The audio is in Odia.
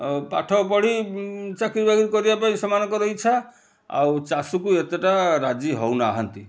ପାଠ ପଢ଼ି ଚାକିରିବାକିରି କରିବାପାଇଁ ସେମାନଙ୍କର ଇଚ୍ଛା ଆଉ ଚାଷୁକୁ ଏତେଟା ରାଜି ହେଉନାହାନ୍ତି